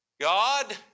God